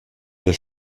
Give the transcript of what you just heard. der